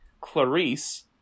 Clarice